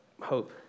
hope